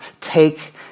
Take